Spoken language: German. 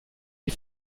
die